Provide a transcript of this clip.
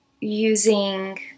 using